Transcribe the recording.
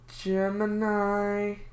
Gemini